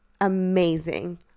amazing